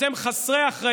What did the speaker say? אתם חסרי אחריות.